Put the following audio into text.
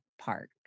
park